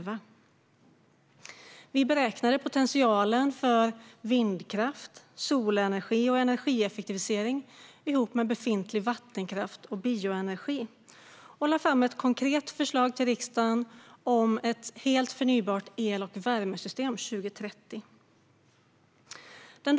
Vi beräknade potentialen för vindkraft, solenergi och energieffektivisering ihop med befintlig vattenkraft och bioenergi och lade fram ett konkret förslag till riksdagen om ett helt förnybart el och värmesystem till år 2030.